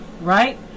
Right